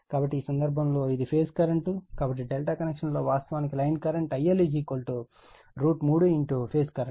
కాబట్టి ఈ సందర్భంలో ఇది ఫేజ్ కరెంట్ కాబట్టి Δ కనెక్షన్ లో వాస్తవానికి line current IL 3 phase current